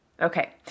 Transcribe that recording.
Okay